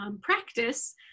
practice